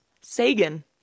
Sagan